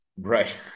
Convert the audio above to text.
Right